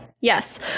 Yes